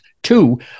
Two